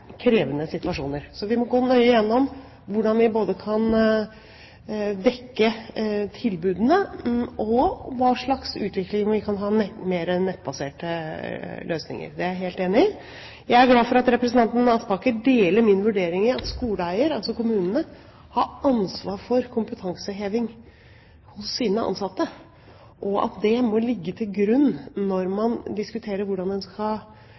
krevende situasjoner. Så vi må gå nøye igjennom dette og se på hvordan vi kan dekke tilbudene og på hva slags utvikling vi kan ha med tanke på mer nettbasere løsninger. Det er jeg helt enig i. Jeg er glad for at representanten Aspaker deler min vurdering av at skoleeier, altså kommunene, har ansvar for kompetanseheving hos sine ansatte. Det må ligge til grunn når man diskuterer hvordan man skal